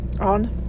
on